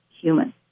human